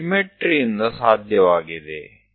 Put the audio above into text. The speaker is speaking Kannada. ಅದು ಸಿಮೆಟ್ರಿ ಯಿಂದ ಸಾಧ್ಯವಾಗಿದೆ